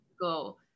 go